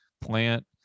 plant